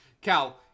Cal